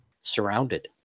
Surrounded